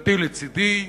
כשזוגתי לצדי.